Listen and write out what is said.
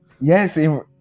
Yes